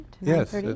Yes